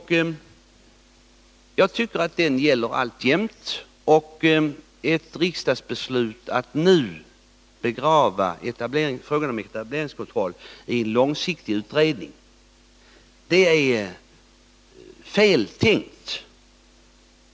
Jag tycker att detta gäller alltjämt. Att genom ett riksdagsbeslut begrava frågan om etableringskontroll i en långsiktig utredning är fel tänkt.